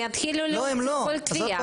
הם יתחילו להוציא כל תביעה.